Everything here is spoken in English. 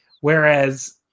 Whereas